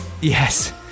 yes